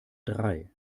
drei